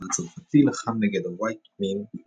הצבא הצרפתי לחם נגד הוייט מין –